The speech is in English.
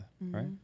right